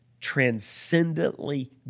transcendently